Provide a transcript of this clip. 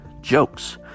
jokes